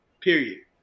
Period